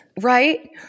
Right